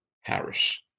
Harris